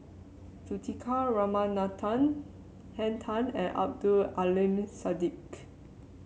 Juthika Ramanathan Henn Tan and Abdul Aleem Siddique